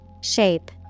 Shape